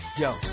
yo